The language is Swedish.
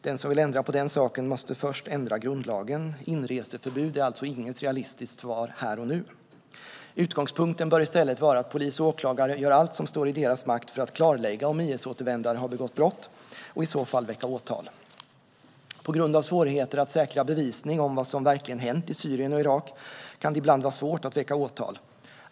Den som vill ändra på den saken måste först ändra grundlagen. Inreseförbud är alltså inget realistiskt svar här och nu. Utgångspunkten bör i stället vara att polis och åklagare gör allt som står i deras makt för att klarlägga om IS-återvändare har begått brott och i så fall väcka åtal. På grund av svårigheter att säkra bevisning om vad som verkligen hänt i Syrien och Irak kan det ibland vara svårt att väcka åtal.